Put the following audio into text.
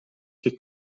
che